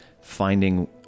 finding